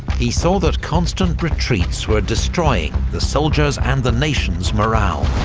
he saw that constant retreats were destroying the soldiers' and the nation's morale.